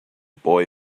boy